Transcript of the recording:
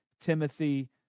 Timothy